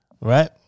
right